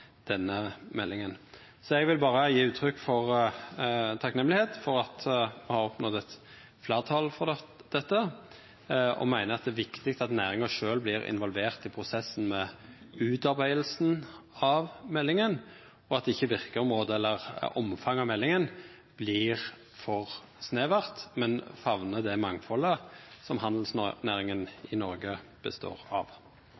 denne meldinga. Eg vil berre gje uttrykk for takksemd for at me har oppnådd eit fleirtal for dette, og meiner det er viktig at næringa sjølv vert involvert i prosessen med utarbeidinga av meldinga, og at ikkje verkeområdet eller omfanget av meldinga vert for snevert, men femner det mangfaldet som handelsnæringa i Noreg består av.